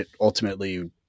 ultimately